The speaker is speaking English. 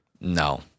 No